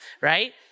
right